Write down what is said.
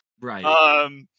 Right